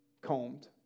combed